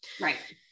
Right